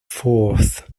fourth